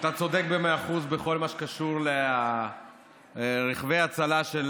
אתה צודק במאה אחוז בכל מה שקשור ברכבי הצלה של